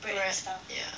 bread ya